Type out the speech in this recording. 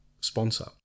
sponsor